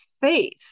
Faith